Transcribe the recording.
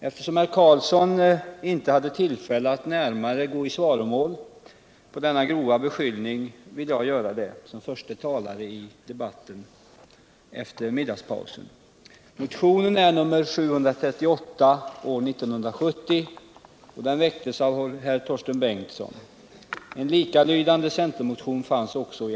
Eftersom herr Carlsson inte hade tillfälle att närmare gå i svaromål på denna grova beskyllning vill jag göra det som förste talare i debatten efter nuddagspausen. Herr talman!